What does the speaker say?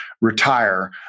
retire